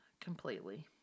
completely